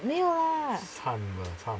没有啊